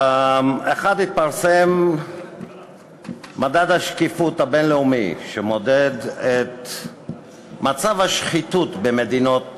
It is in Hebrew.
1. התפרסם מדד השקיפות הבין-לאומי שמודד את מצב השחיתות במדינות העולם.